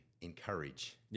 encourage